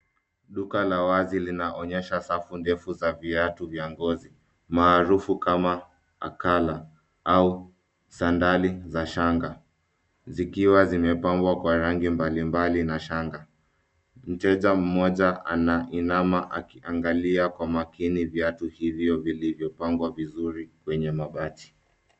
Duka la wazi linaonyesha safu ndefu za viatu vya ngozi maarufu kama akala au sandali za shanga zikiwa zimepangwa kwa rangi mbali mbali na shanga, mteja moja anainama akiangalia kwa makini viatu hivyo vilivyopangwa vizuri kwenye mabati.